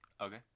Okay